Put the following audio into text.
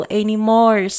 anymore